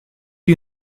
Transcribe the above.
you